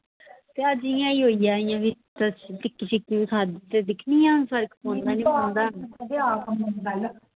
तए अज्ज इंया ई ऐ ते टिक्की खाद्धी ते दिक्खनी आं फर्क पौंदा निं पौंदा